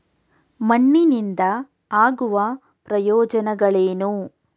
ಮಣ್ಣಿನಿಂದ ಆಗುವ ಪ್ರಯೋಜನಗಳೇನು?